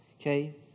okay